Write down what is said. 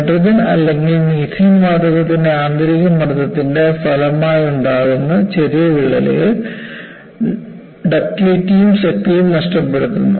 hydrogen അല്ലെങ്കിൽ methane വാതകത്തിന്റെ ആന്തരിക മർദ്ദത്തിന്റെ ഫലമായുണ്ടാകുന്ന ചെറിയ വിള്ളലുകൾ ഡക്റ്റിലിറ്റിയും ശക്തിയും നഷ്ടപ്പെടുത്തുന്നു